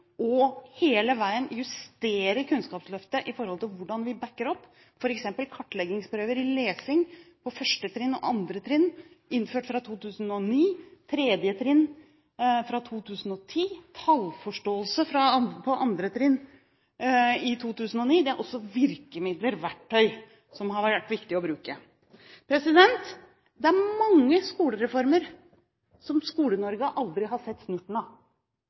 og hele veien justere Kunnskapsløftet med hensyn til hvordan vi backer opp f.eks. kartleggingsprøver i lesing på 1. og 2. trinn, innført i 2009, på 3. trinn i 2010, og i tallforståelse på 2. trinn i 2009. Dette er også virkemidler og verktøy som har vært viktige å bruke. Det er mange skolereformer som Skole-Norge aldri har sett snurten av.